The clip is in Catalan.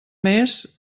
més